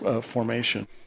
formation